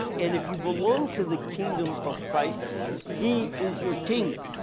and if you belong to the kingdom of christ he is your king.